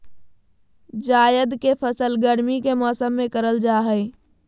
जायद के फसल गर्मी के मौसम में करल जा हइ